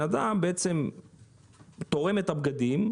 בן אדם תורם את הבגדים,